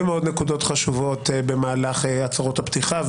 מאוד נקודות חשובות במהלך הצהרות הפתיחה,